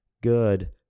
good